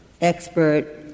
expert